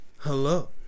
hello